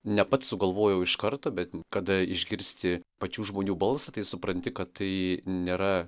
ne pats sugalvojau iš karto bet kada išgirsti pačių žmonių balsą tai supranti kad tai nėra